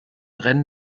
rennen